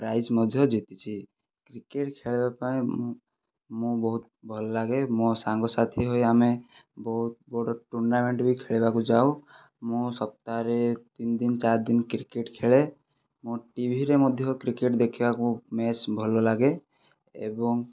prize ମଧ୍ୟ ଜିତିଛି cricket ଖେଳିବାପାଇଁ ମୁଁ ମୁଁ ବହୁତ ଭଲ ଲାଗେ ମୋ ସାଙ୍ଗସାଥି ହୋଇ ଆମେ ବହୁତ ବଡ଼ ଟୁର୍ନାମେଣ୍ଟ ବି ଖେଳିବାକୁ ଯାଉ ମୁଁ ସପ୍ତାହରେ ତିନି ଦିନ ଚାରି ଦିନ କ୍ରିକେଟ୍ ଖେଳେ ମୁଁ ଟିଭିରେ ମଧ୍ୟ କ୍ରିକେଟ୍ ଦେଖିବାକୁ ବେଶ ଭଲ ଲାଗେ ଏବଂ